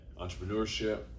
entrepreneurship